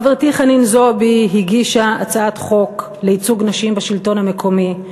חברתי חנין זועבי הגישה הצעת חוק לייצוג נשים בשלטון המקומי,